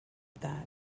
that